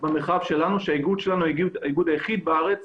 האיגוד שלנו הוא האיגוד היחיד בארץ